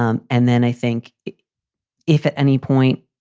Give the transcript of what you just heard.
um and then i think if at any point.